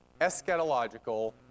eschatological